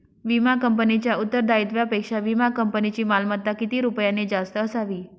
विमा कंपनीच्या उत्तरदायित्वापेक्षा विमा कंपनीची मालमत्ता किती रुपयांनी जास्त असावी?